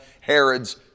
Herod's